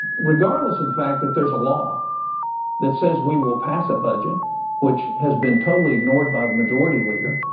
regardless of the fact that there's a law that says we will pass a budget which has been totally ignored by the majority leader